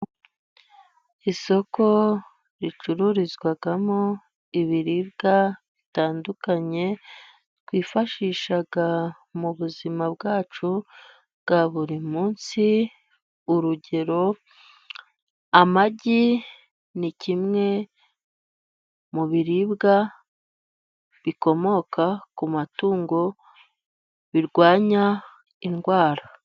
Isoko ricururizwamo ibiribwa bitandukanye twifashisha mu buzima bwacu bwa buri munsi urugero: amagi ni kimwe mu biribwa bikomoka ku matungo birwanya indwara.